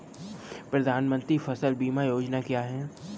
प्रधानमंत्री फसल बीमा योजना क्या है?